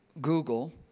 Google